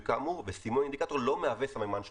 כאמור וסימון אינדיקטור לא מהווה סממן שלילי'.